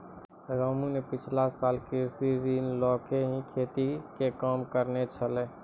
रामू न पिछला साल कृषि ऋण लैकॅ ही खेती के काम करनॅ छेलै